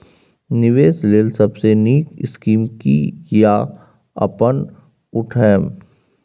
निवेश लेल सबसे नींक स्कीम की या अपन उठैम?